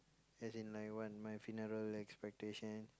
as in like what my funeral expectation